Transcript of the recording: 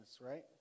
right